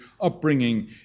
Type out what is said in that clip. upbringing